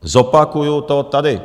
Zopakuji to tady.